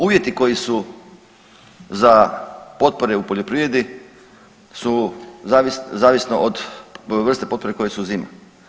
Uvjeti koji su za potpore u poljoprivredi su zavisno od vrsta potpora koje su uzimane.